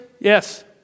Yes